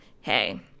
hey